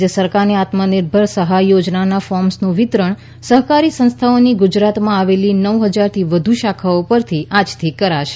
રાજ્ય સરકારની આત્મનિર્ભર સહાય યોજનાના ફોર્મ્સનું વિતરણ સહકારી સંસ્થાઓની ગુજરાતમાં આવેલી નવ હજારથી વધુ શાખાઓ પરથી આજથી કરાશે